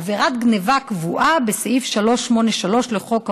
עבירת גנבה קבועה בסעיף 383 לחוק העונשין,